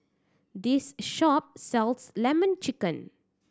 this shop sells Lemon Chicken